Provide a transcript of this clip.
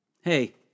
Hey